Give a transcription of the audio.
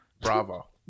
Bravo